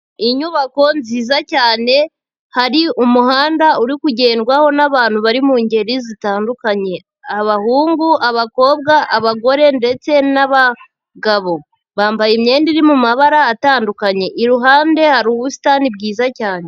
Inyubako nziza cyane hari umuhanda uri kugendwaho n'abantu bari mu ngeri zitandukanye. Abahungu, abakobwa, abagore ndetse n'abagabo. Bambaye imyenda iri mu mabara atandukanye. Iruhande hari ubusitani bwiza cyane.